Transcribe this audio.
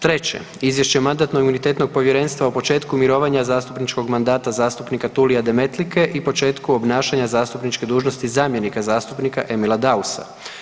Treće, Izvješće Mandatno-imunitetnog povjerenstva o početku mirovanja zastupničkog mandata zastupnika Tulija Demetlike i početku obnašanja zastupničke dužnosti zamjenika zastupnika Emila Dausa.